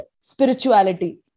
spirituality